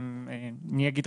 אני אגיד,